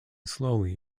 slowly